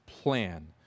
plan